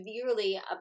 severely